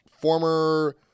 former